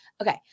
Okay